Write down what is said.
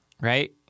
right